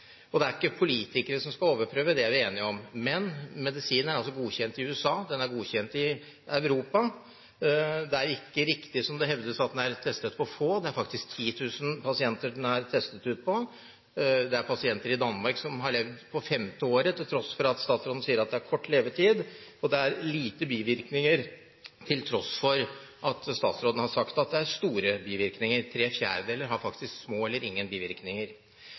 og det er ikke politikere som skal overprøve – det er vi enige om. Men medisinen er altså godkjent i USA, den er godkjent i Europa. Det er ikke riktig – som det er hevdet – at den er testet på få, den er faktisk testet ut på 10 000 pasienter. Det er pasienter i Danmark som har levd på femte året, til tross for at statsråden sier at det er kort levetid, og det er lite bivirkninger, til tross for at statsråden har sagt at det er store bivirkninger. Tre fjerdedeler har faktisk små eller ingen bivirkninger.